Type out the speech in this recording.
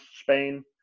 Spain